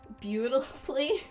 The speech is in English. beautifully